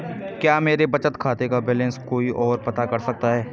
क्या मेरे बचत खाते का बैलेंस कोई ओर पता कर सकता है?